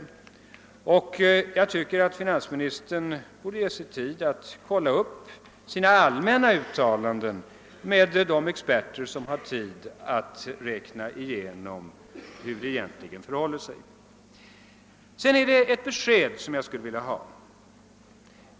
Jag tycker att finansministern borde ge sig tid att kolla upp sina allmänna uttalanden med de experter som har tid att räkna igenom hur det egentligen förhåller sig. Sedan skulle jag vilja ha ett besked.